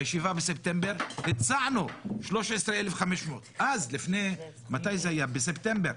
בישיבה בספטמבר הצענו 13,500. ב-15